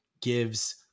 gives